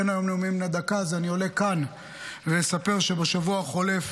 אין היום נאומים בני דקה אז אני עולה כאן כדי לספר שבשבוע החולף